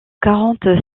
quarante